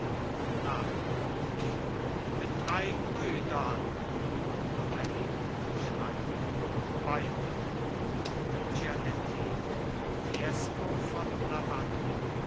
nachdrücklich mit drei brüdern lomellin schreibt weiter gianettino fiesco von lavagna